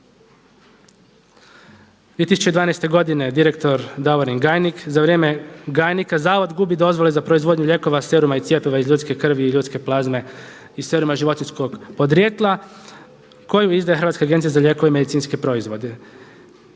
2012. godine direktor Davorin Gajnik za vrijeme Gajnika zavod gubi dozvole za proizvodnju lijekova, seruma i cjepiva iz ljudske krvi i ljudske plazme i seruma životinjskog podrijetla koju izdaje Hrvatska agencija za lijekove i medicinske proizvode.